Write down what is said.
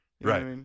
Right